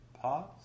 pause